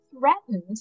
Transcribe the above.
threatened